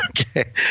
Okay